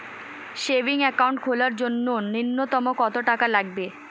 Savings account খোলার জন্য নূন্যতম কত টাকা লাগবে?